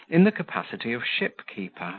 in the capacity of shipkeeper.